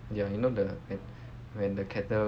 ya you know the when when the kettle